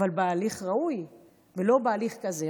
אבל בהליך ראוי ולא בהליך כזה.